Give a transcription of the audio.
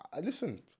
Listen